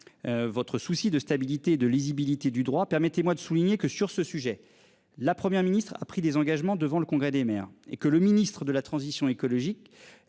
Votre souci de stabilité de lisibilité du droit permettez-moi de souligner que sur ce sujet. La Première ministre a pris des engagements devant le congrès des maires et que le Ministre de la Transition écologique